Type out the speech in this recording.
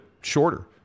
shorter